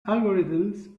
algorithms